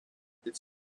its